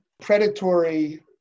predatory